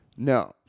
No